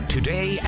Today